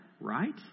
right